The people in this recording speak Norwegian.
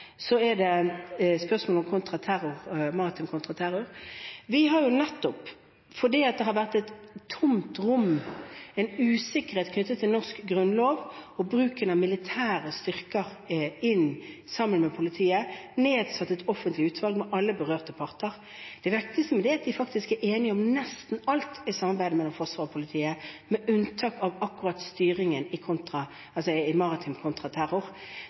Så til spørsmålet om maritim kontraterror: Fordi det har vært et tomt rom, en usikkerhet knyttet til den norske grunnloven og bruken av militære styrker sammen med politiet, har vi nettopp nedsatt et offentlig utvalg med alle berørte parter. Det viktigste med det er at de er enige om nesten alt når det gjelder samarbeidet mellom Forsvaret og politiet, med unntak av akkurat styringen i